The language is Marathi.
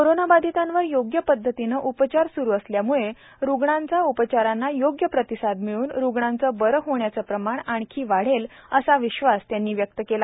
कोरोनाबाधितांवर योग्य पदधतीने उपचार स्रू असल्याम्ळे रुग्णांचा उपचारांना योग्य प्रतिसाद मिळून रुग्णांचं बरं होण्याचं प्रमाण आणखी वाढेल असा विश्वास त्यांनी व्यक्त केला